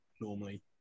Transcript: normally